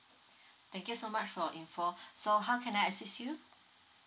thank you so much for info so how can I assist you